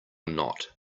not